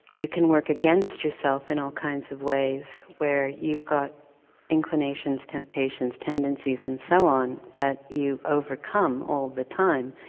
you can work against yourself in all kinds of ways where you've got inclinations, temptations, tendencies, and so on, that you overcome all the time.